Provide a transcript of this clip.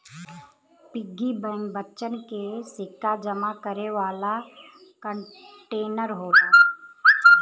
piggy bank बच्चन के सिक्का जमा करे वाला कंटेनर होला